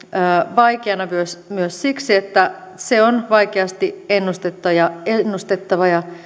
vaikeana myös myös siksi että se on vaikeasti ennustettava ja ennustettava ja